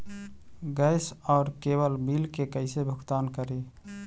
Gas और cable bill के कैसे भुगतान करी?